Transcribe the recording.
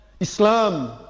Islam